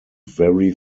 very